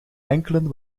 enkelen